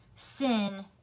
sin